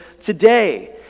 today